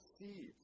see